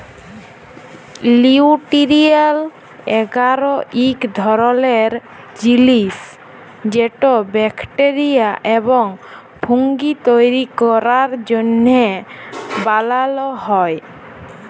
লিউটিরিয়েল্ট এগার ইক ধরলের জিলিস যেট ব্যাকটেরিয়া এবং ফুঙ্গি তৈরি ক্যরার জ্যনহে বালাল হ্যয়